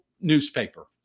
newspaper